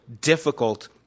difficult